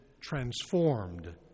transformed